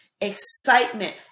excitement